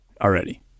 already